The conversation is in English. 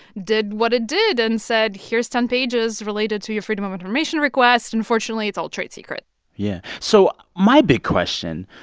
did what it did and said, here's ten pages related to your freedom of information request. unfortunately, it's all trade secret yeah. so my big question,